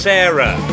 Sarah